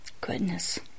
goodness